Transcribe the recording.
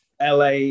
LA